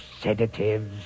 sedatives